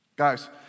Guys